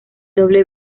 doble